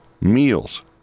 meals